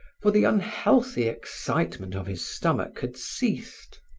for the unhealthy excitement of his stomach had ceased.